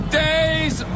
days